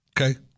Okay